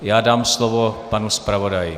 Já dám slovo panu zpravodaji.